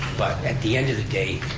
but at the end of the day,